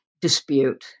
dispute